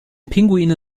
pinguine